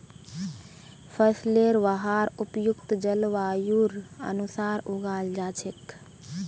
फसलेर वहार उपयुक्त जलवायुर अनुसार उगाल जा छेक